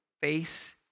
face